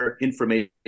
information